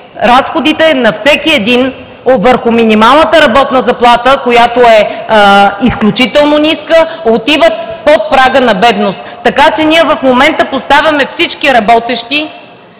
разходите на всеки един върху минималната работна заплата, която е изключително ниска, отиват под прага на бедност. Така че ние в момента поставяме всички работещи